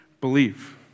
believe